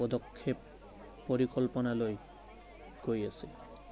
পদক্ষেপ পৰিকল্পনা লৈ গৈ আছে